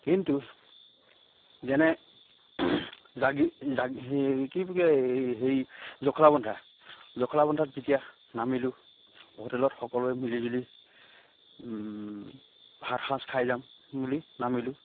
কিন্তু যেনে জাগি জাগি হেৰি কি বুলি কয় এই হেৰি জখলাবন্ধা জখলাবন্ধাত যেতিয়া নামিলো হোটেলত সকলোৱে মিলি জুলি ভাতসাজ খাই যাম বুলি নামিলো